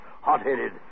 Hot-headed